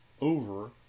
over